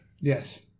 Yes